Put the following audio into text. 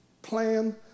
Plan